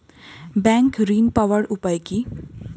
Bank ঋণ পাওয়ার উপায় কি?